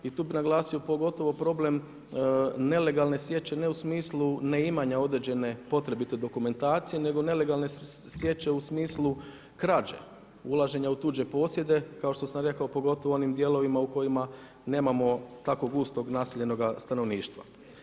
I tu bih naglasio pogotovo problem nelegalne sječe ne u smislu neimanja određene potrebite dokumentacije, nego nelegalne sječe u smislu krađe, ulaženja u tuđe posjede kao što sam rekao pogotovo u onim dijelovima u kojima nemamo tako gusto naseljenoga stanovništva.